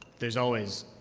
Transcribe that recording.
there's always,